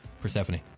Persephone